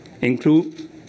include